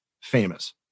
famous